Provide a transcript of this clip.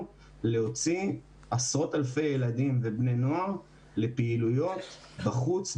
להוציא עשרות אלפי ילדים ובני נוער לפעילויות בחוץ,